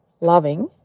loving